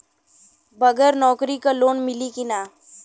बगर नौकरी क लोन मिली कि ना?